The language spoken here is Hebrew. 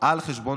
על חשבון